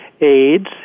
aids